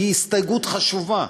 היא הסתייגות חשובה.